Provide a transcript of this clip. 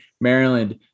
Maryland